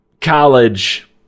college